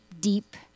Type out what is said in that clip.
deep